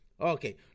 Okay